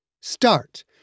Start